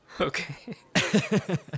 Okay